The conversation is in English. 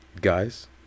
Guys